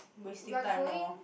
wasting time lor